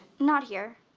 not here.